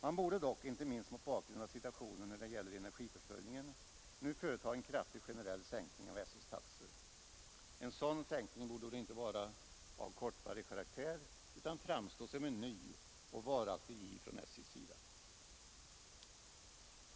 Man borde dock, inte minst mot bakgrund av situationen när det gäller energiförsörjningen, nu företa en kraftig generell sänkning av SJ:s taxor. En sådan sänkning borde då inte vara av kortvarig karaktär utan framstå som en ny och varaktig giv från SJ:s sida.